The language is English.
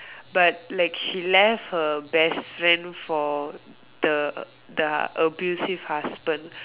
but like she left her best friend for the the abusive husband